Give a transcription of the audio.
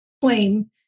claim